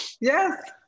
yes